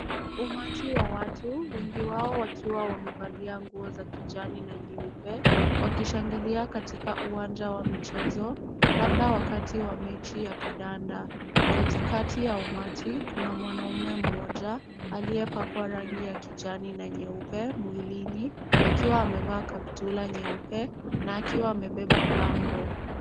Umati wa watu wengi wao wakiwa wamevalia nguo za kijani na nyeupe wakishangilia katika uwanja wa michezo labda wakati wa mechi ya kandanda. Katikati ya umati kuna mwanaume mmoja aliyepakwa rangi ya kijani na nyeupe mwilini akiwa amevaa kaptula nyeupe na akiwa amebeba bango.